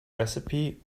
recipe